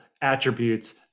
Attributes